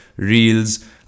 Reels